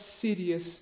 serious